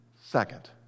second